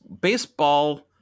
baseball